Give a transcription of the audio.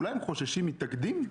אולי הם חוששים מתקדים?